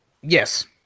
Yes